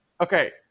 Okay